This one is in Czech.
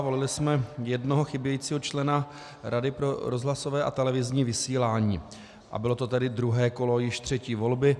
Volili jsme jednoho chybějícího člena Rady pro rozhlasové a televizní vysílání a bylo to tedy druhé kolo již třetí volby.